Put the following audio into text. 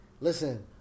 Listen